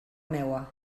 meua